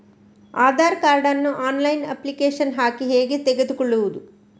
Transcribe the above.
Aadhaar card ನ್ನು online application ಹಾಕಿ ಹೇಗೆ ತೆಗೆದುಕೊಳ್ಳುವುದು?